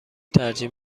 ترجیح